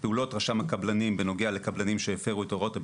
פעולות רשם הקבלנים בנוגע לקבלנים שהפרו את הוראות הבטיחות,